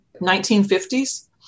1950s